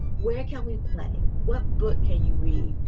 where can we play? what book can you read?